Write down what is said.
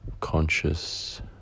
conscious